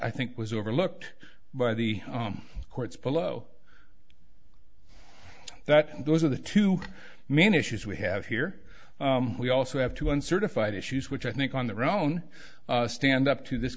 i think was overlooked by the court's below that and those are the two main issues we have here we also have two uncertified issues which i think on their own stand up to this